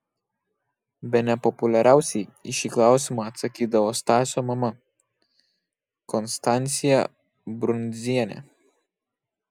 bene populiariausiai į šį klausimą atsakydavo stasio mama konstancija brundzienė